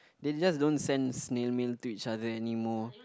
they just don't send snail mail to each other any more